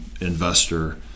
investor